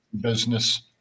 business